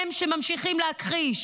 הם ממשיכים להכחיש.